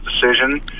decision